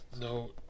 no